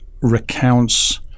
recounts